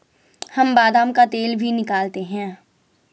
हम बादाम का तेल भी निकालते हैं